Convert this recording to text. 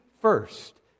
first